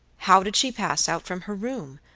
how did she pass out from her room,